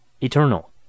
eternal